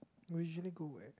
we usually go where